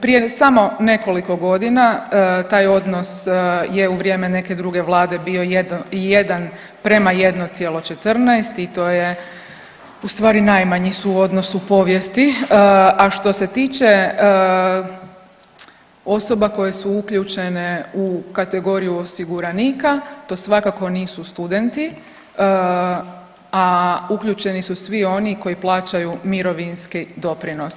Prije samo nekoliko godina taj odnos je u vrijeme neke druge Vlade bio 1:1,14 i to je ustvari najmanji suodnos u povijesti, a što se tiče osoba koje su uključene u kategoriju osiguranika, to svakako nisu studenti, a uključeni su svi oni koji plaćaju mirovinski doprinos.